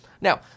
Now